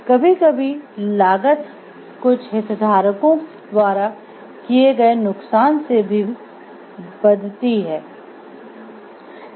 कभी कभी लागत कुछ हितधारकों द्वारा किए गए नुकसान से भी बदती है